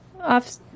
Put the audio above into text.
off